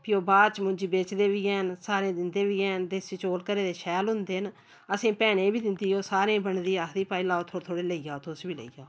फ्ही ओह् बाद च मुंजी बेचदे बी हैन सारें दिंदे बी हैन देसी चौल घरै दे शैल होंदे न असें भैनें गी बी दिंदी ओह् सारें गी बंडदी आखदी भाई लैओ थोह्ड़े थोह्ड़े लेई जाओ तुस बी लेई जाओ